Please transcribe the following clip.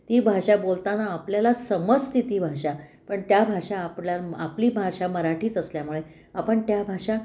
ती भाषा बोलताना आपल्याला समजते ती भाषा पण त्या भाषा आपल्या आपली भाषा मराठीच असल्यामुळे आपण त्या भाषा